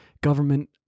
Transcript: government